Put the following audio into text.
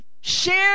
Share